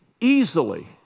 easily